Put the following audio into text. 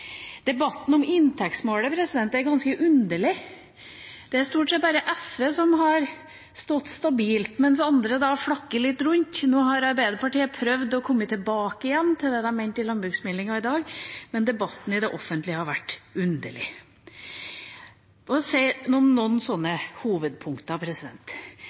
Debatten om inntektsmålet er ganske underlig. Det er stort sett bare SV som har stått stabilt, mens andre flakker litt rundt. Nå har Arbeiderpartiet prøvd å komme tilbake igjen i dag til det de mente i forbindelse med landbruksmeldinga. Men debatten i det offentlige har vært underlig. Jeg vil nevne noen hovedpunkter.